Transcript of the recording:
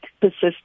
persist